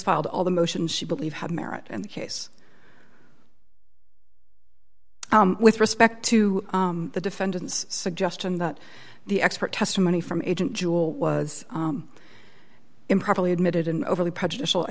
filed all the motions she believes have merit and the case with respect to the defendant's suggestion that the expert testimony from agent jewel was improperly admitted and overly prejudicial i